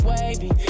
wavy